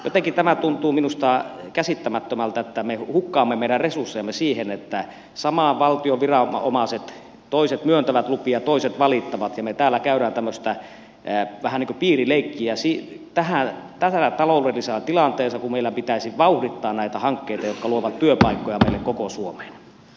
jotenkin tämä tuntuu minusta käsittämättömältä että me hukkaamme meidän resurssejamme siihen että saman valtion viranomaisista toiset myöntävät lupia toiset valittavat ja me täällä käymme tällaista vähän niin kuin piirileikkiä tässä taloudellisessa tilanteessa kun meillä pitäisi vauhdittaa näitä hankkeita jotka luovat työpaikkoja meille koko suomeen